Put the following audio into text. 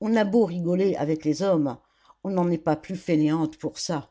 on a beau rigoler avec les hommes on n'en est pas plus fainéante pour ça